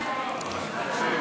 (חותם על ההצהרה) מזל טוב.